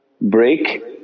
break